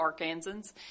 Arkansans